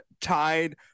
tied